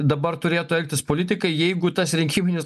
dabar turėtų elgtis politikai jeigu tas rinkiminis